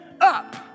up